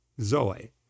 zoe